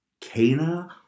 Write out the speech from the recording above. Cana